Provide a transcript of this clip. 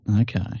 Okay